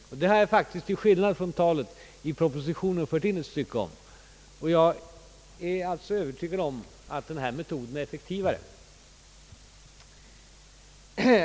Detta har jag ju faktiskt — till skillnad mot i talet — i propositionen fört in ett stycke om. Jag är alltså övertygad om att denna metod är effektivare.